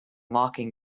walking